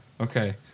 Okay